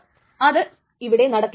അത് ഇവിടെ നടക്കില്ല